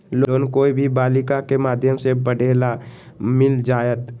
Loan कोई भी बालिका के माध्यम से पढे ला मिल जायत?